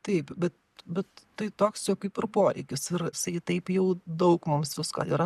taip bet bet tai toks jo kaip ir poreikis ir jisai taip jau daug mums visko yra